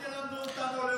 אל תלמדו אותנו על לאומי.